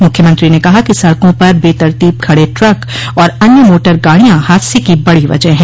मुख्यमंत्री ने कहा कि सड़कों पर बेतरतीब खड़े ट्रक और अन्य मोटर गाड़ियां हादसे की बड़ी वजह हैं